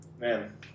man